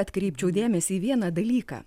atkreipčiau dėmesį į vieną dalyką